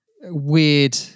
weird